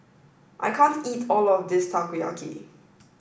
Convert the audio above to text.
I can't eat all of this Takoyaki